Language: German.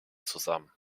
zusammen